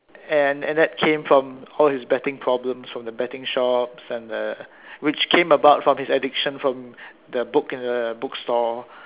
and that came from all his betting problems from the betting shop and the which came about from his addiction from the book in the bookstore